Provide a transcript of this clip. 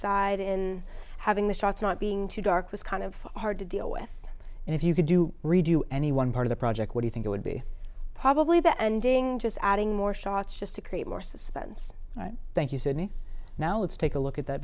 side in having the shots not being too dark was kind of hard to deal with and if you could do redo any one part of the project would you think it would be probably the ending just adding more shots just to create more suspense thank you said me now let's take a look at that